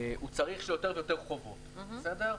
הוא צריך יותר ויותר חובות, בסדר?